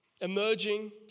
Emerging